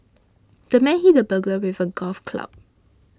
the man hit the burglar with a golf club